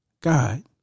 God